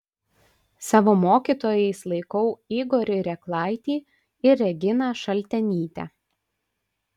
savo mokytojais laikau igorį reklaitį ir reginą šaltenytę